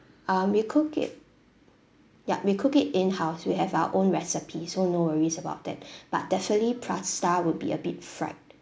um we cook it yup we cook it in-house we have our own recipe so no worries about that but definitely pasta would be a bit fried